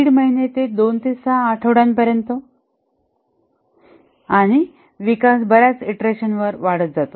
5 महिने ते 2 6 आठवड्यांपर्यंत आणि विकास बर्याच ईंटरेशनवर वाढत जातो